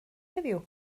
heddiw